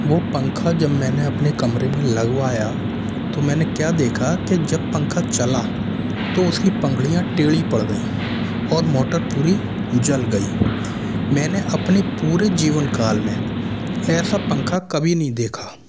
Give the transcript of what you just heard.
वो पंखा जब मैंने अपने कमरे में लगवाया तो मैंने क्या देखा के जब पंखा चला तो उसकी पंखडियाँ टेढ़ी पड़ गई और मोटर पूरी जल गई मैंने अपने पूरे जीवनकाल में ऐसा पंखा कभी नहीं देखा